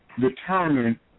determine